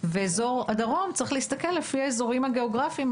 ואזור הדרום צריך להסתכל לפי האזורים הגיאוגרפיים,